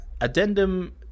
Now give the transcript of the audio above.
addendum